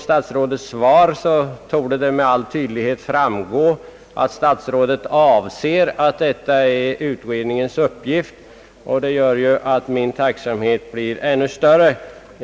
Statsrådets svar torde nu med all tydlighet visa, att statsrådet avser och menar att detta är utredningens uppgift. Det gör ju att min tacksamhet blir ännu större.